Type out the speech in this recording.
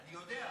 אני יודע.